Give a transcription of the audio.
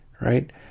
Right